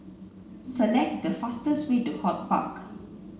select the fastest way to HortPark